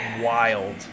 wild